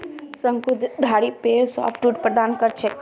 शंकुधारी पेड़ सॉफ्टवुड प्रदान कर छेक